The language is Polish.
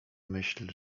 myśl